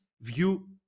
view